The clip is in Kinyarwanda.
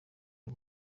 byo